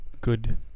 good